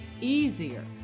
easier